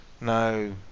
No